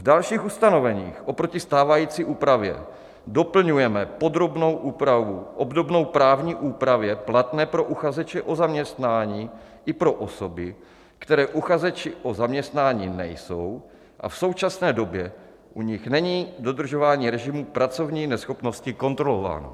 V dalších ustanoveních oproti stávající úpravě doplňujeme podrobnou úpravu obdobnou právní úpravě platné pro uchazeče o zaměstnání i pro osoby, které uchazeči o zaměstnání nejsou a v současné době u nich není dodržování režimu pracovní neschopnosti kontrolováno.